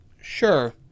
Sure